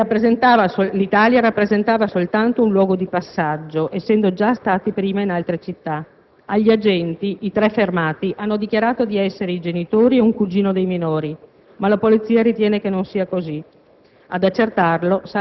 l'Italia rappresentava soltanto un luogo di passaggio, essendo già stati prima in altre città. Agli agenti i tre fermati hanno dichiarato di essere i genitori e un cugino dei minori, ma la polizia ritiene che non sia così,